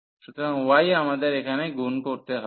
সুতরাং y আমাদের এখানে গুণ করতে হবে